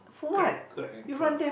correct correct true